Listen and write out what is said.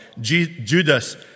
Judas